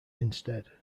instead